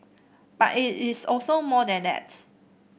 but it is also more than that